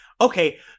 okay